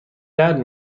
درد